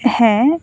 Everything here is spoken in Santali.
ᱦᱮᱸ